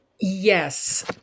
Yes